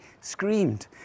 screamed